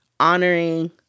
Honoring